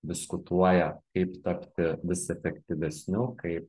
diskutuoja kaip tapti vis efektyvesniu kaip